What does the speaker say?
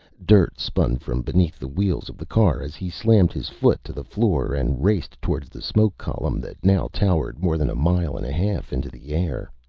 dirt spun from beneath the wheels of the car as he slammed his foot to the floor and raced towards the smoke column that now towered more than a mile and a half into the air.